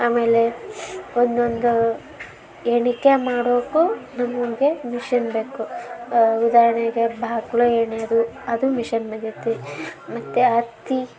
ಆಮೇಲೆ ಒಂದೊಂದು ಹೆಣಿಕೆ ಮಾಡೋಕ್ಕೂ ನಮಗೆ ಮಿಷಿನ್ ಬೇಕು ಉದಾಹರಣೆಗೆ ಹೆಣೆಯದು ಅದು ಮಿಷೆನ್ ಮೇಗೈತೆ ಮತ್ತು ಹತ್ತಿ